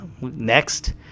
Next